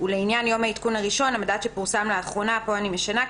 ולעניין יום העדכון הראשון" פה אני משנה קצת,